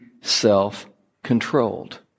self-controlled